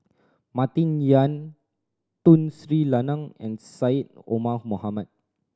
Martin Yan Tun Sri Lanang and Syed Omar Mohamed